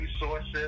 resources